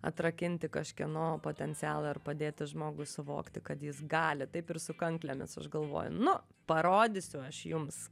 atrakinti kažkieno potencialą ir padėti žmogui suvokti kad jis gali taip ir su kanklėmis aš galvoju nu parodysiu aš jums